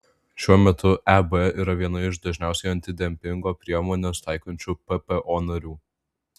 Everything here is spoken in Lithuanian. šiuo metu eb yra viena iš dažniausiai antidempingo priemones taikančių ppo narių